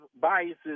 biases